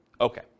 Okay